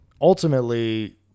ultimately